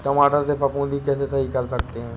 टमाटर से फफूंदी कैसे सही कर सकते हैं?